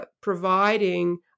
providing